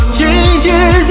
changes